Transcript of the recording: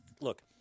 look